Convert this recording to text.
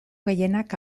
gehienak